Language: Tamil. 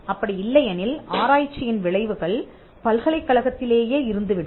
அப்படி இல்லையெனில் ஆராய்ச்சியின் விளைவுகள் பல்கலைக் கழகத்திலேயே இருந்துவிடும்